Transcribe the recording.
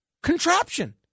contraption